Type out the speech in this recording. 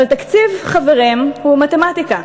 אבל תקציב, חברים, הוא מתמטיקה.